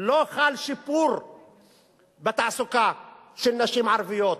לא חל שיפור בתעסוקה של נשים ערביות.